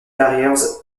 carriers